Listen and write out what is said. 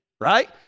right